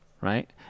right